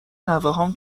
نوهام